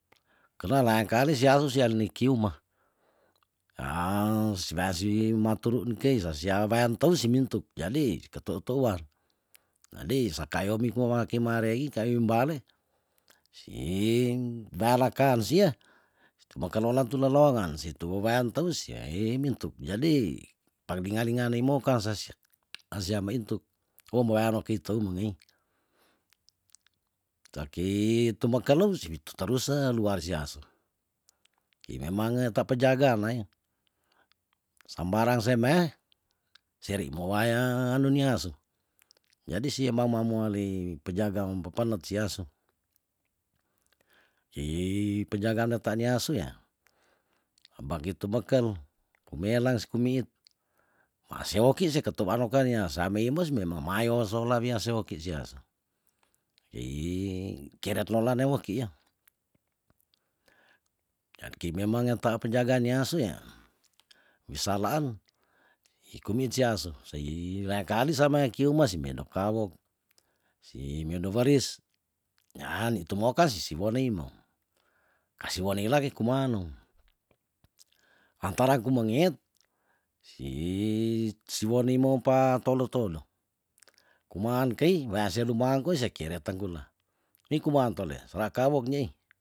Kele laengkali si asu siani niki umah sibasi maturuu ngkei sasia wean tou si mintuk jadi ketou touan jadi saka ayomi kwa waki maaarei kayumbale si berakaan sia situmekalola tulalongan situwu weantou sia emintuk jadi panglingalinga nei moka sasik oh moeano kitou mengei takei tumekalong siitu taruse luar sia ki memange ta pejaganae sambarang seme seri mowaya anu ni asu jadi si emamamuale pejagaan pepenet si asu pejagaan neta ni asu yah bagitu meken kumelang si kumiit maase woki sekatou wano kani yah sameimos memamayos sola wia seoki si asu keret lolane weki yo ya ki memangeta penjagaan ni asu yah wisa laan hiku miin si asu sei laengkali sameiki umah simedok kao simedok weris yah nitu mookan sisi moneimo kasi woni lagi kumanong antara kumenget si- si woni moopa tolu tolu kumaan kei wease luma angko sekeret tenggula ni kuma antole serakwoknyei